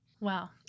Wow